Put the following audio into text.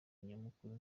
nyamukuru